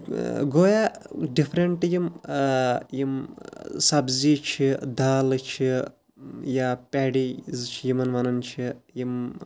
گویا ڈِفرنٛٹ یِم یِم سبزی چھِ دالہٕ چھِ یا پیڈیٖز چھِ یِمَن وَنان چھِ یِم